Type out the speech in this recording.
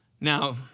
Now